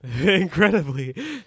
Incredibly